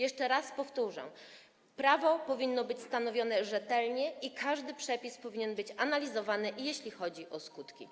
Jeszcze raz powtórzę: prawo powinno być stanowione rzetelnie, a każdy przepis powinien być analizowany, jeśli chodzi o jego skutki.